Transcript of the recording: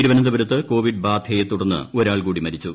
തിരുവനന്തപുരത്ത് കോവിഡ് ബാധയെ തുടർന്ന് ഒരാൾ കൂടി മരിച്ചു